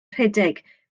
rhedeg